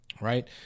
right